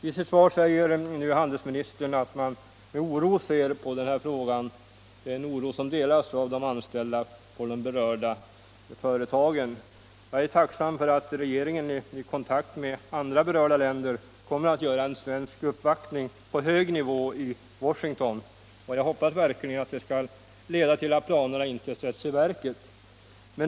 I sitt svar säger nu handelsministern att man med oro ser på den här frågan — en oro som delas av de anställda på de här företagen. Jag är tacksam för att regeringen i kontakt med andra berörda länder kommer att göra en svensk uppvaktning på hög nivå i Washington, och jag hoppas verkligen att det skall leda till att de amerikanska planerna inte sätts i verket.